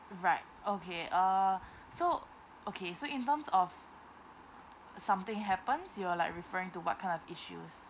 right okay uh so okay so in terms of something happens you're like referring to what kind of issues